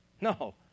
No